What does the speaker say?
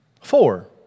Four